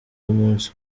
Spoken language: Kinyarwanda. w’umunsi